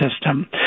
system